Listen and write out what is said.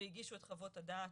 והגישו את חוות הדעת,